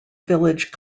village